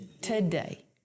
Today